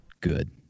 good